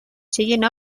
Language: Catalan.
siguin